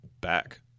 Back